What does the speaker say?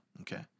okay